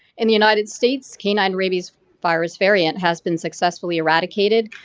in the united states canine rabies virus variant has been successfully eradicated.